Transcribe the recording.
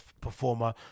performer